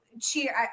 cheer